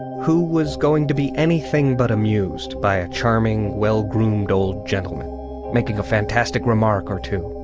who was going to be anything but amused by a charming, well-groomed old gentleman making a fantastic remark or two?